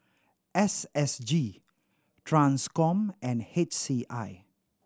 S S G Transcom and H C I